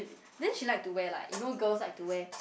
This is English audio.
then she like to wear like you know girls like to wear